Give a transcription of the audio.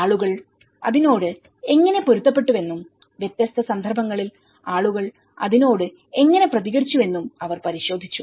ആളുകൾ അതിനോട് എങ്ങനെ പൊരുത്തപ്പെട്ടുവെന്നും വ്യത്യസ്ത സന്ദർഭങ്ങളിൽ ആളുകൾ അതിനോട് എങ്ങനെ പ്രതികരിച്ചുവെന്നും അവർ പരിശോധിച്ചു